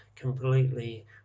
completely